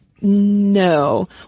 no